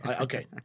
Okay